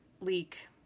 leak